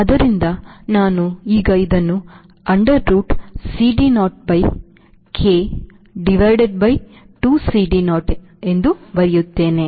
ಆದ್ದರಿಂದ ನಾನು ಈಗ ಇದನ್ನು under root CDo by K divided by 2CDo ಇದನ್ನು ಬರೆಯುತ್ತೇನೆ